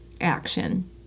action